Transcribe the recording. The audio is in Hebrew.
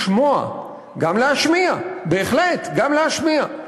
להשמיע, בהחלט, גם להשמיע.